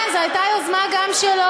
כן, זו הייתה יוזמה גם שלו.